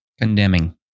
Condemning